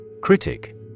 Critic